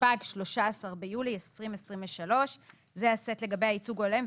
התשפ"ג (13 ביולי 2023). זה לגבי הייצוג ההולם.